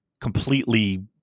completely